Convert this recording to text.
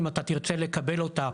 אם אתה תרצה לקבל אותה,